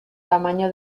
tamaño